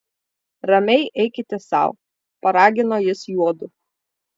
ramiai eikite sau paragino jis juodu